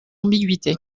ambiguïté